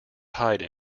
hide